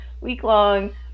week-long